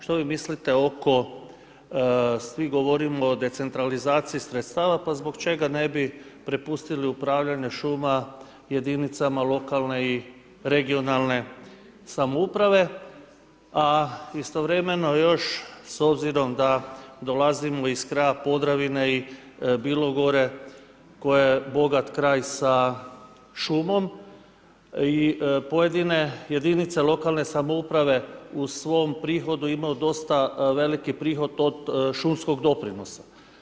Što vi mislite oko, svi govorimo decentralizaciji sredstva, pa zbog čega ne bi prepustili upravljanje šuma jedinicama lokalne i regionalne samouprave, a istovremeno još, s obzirom da dolazimo iz kraja Podravine i Bilogore, koji je bogat kraj sa šumom i pojedine jedinice lokalne samouprave u svom prihodu imaju dosta veliki prihod od šumskog doprinosa.